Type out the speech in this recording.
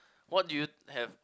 what do you have